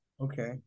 Okay